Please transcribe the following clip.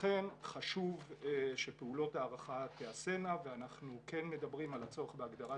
לכן חשוב שפעולות הערכה תיעשינה ואנחנו כן מדברים על הצורך בהגדרת